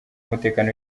umutekano